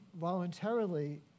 voluntarily